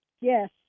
Yes